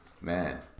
Man